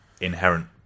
inherent